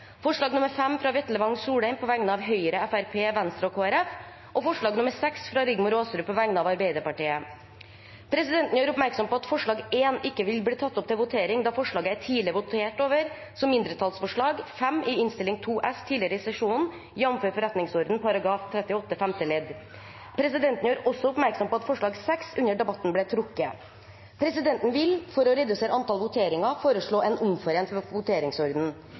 forslag nr. 5, fra Vetle Wang Soleim på vegne av Høyre, Fremskrittspartiet, Venstre og Kristelig Folkeparti forslag nr. 6, fra Rigmor Aasrud på vegne av Arbeiderpartiet Presidenten gjør oppmerksom på at forslag nr. 1 ikke vil bli tatt opp til votering, da forslaget er votert over tidligere i sesjonen som mindretallsforslag nr. 5 i Innst. 2 S for 2018–2019, jf. forretningsordenen § 38 femte ledd. Presidenten gjør også oppmerksom på at forslag nr. 6 under debatten ble trukket. For å redusere antall voteringer vil presidenten foreslå en omforent voteringsorden.